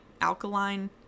alkaline